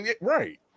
Right